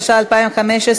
התשע"ה 2015,